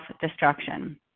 destruction